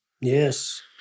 Yes